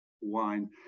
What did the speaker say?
wine